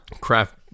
craft